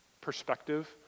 perspective